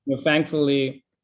thankfully